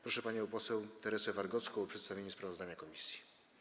Proszę panią poseł Teresę Wargocką o przedstawienie sprawozdania komisji.